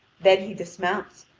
then he dismounts,